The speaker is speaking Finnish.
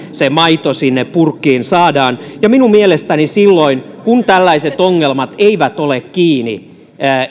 se maito sinne purkkiin saadaan minun mielestäni silloin kun tällaiset ongelmat eivät ole kiinni